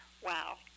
Wow